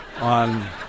on